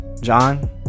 john